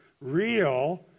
real